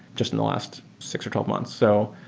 just in the last six or twelve months. so